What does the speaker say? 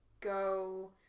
go